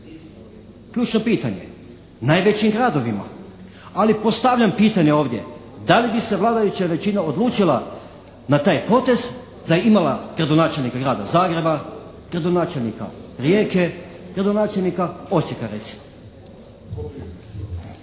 Ključno pitanje. Najvećim gradovima. Ali postavljam pitanje ovdje da li bi se vladajuća većina odlučila na taj potez da je imala gradonačelnika Grada Zagreba, gradonačelnika Rijeke, gradonačelnika Osijeka